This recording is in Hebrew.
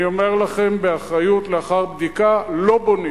אני אומר לכם באחריות לאחר בדיקה, לא בונים.